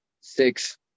six